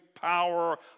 power